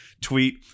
tweet